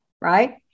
right